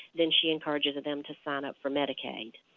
then she encourages them to sign up for medicaid.